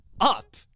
up